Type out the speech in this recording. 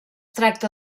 tracta